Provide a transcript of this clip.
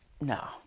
no